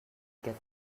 get